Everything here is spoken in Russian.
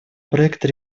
проекта